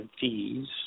fees